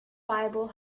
bible